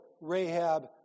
Rahab